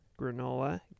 granola